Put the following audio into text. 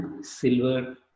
silver